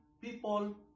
people